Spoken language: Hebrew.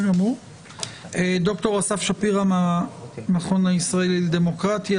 ד"ר אסף שפירא מהמכון הישראלי לדמוקרטיה,